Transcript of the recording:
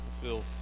fulfilled